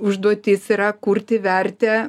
užduotis yra kurti vertę